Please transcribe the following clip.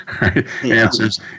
answers